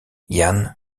ian